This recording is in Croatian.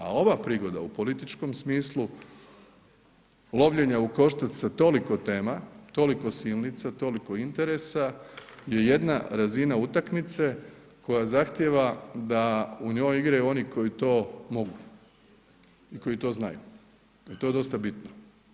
A ova prigoda u političkom smislu, lovljenja u koštac sa toliko tema, toliko silnica, toliko interesa je jedna razina utakmice koja zahtjeva da u njoj igraju oni koji to mogu i koji to znaju i to je dosta bitno.